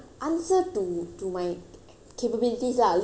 capabilities lah little bit I can teach him how to do but